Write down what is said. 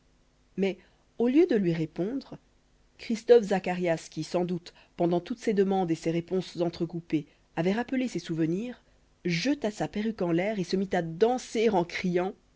mais au lieu de lui répondre christophe zacharias qui sans doute pendant toutes ces demandes et ces réponses entrecoupées avait rappelé ses souvenirs jeta sa perruque en l'air et se mit à danser en criant